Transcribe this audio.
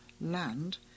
land